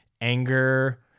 anger